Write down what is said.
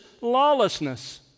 lawlessness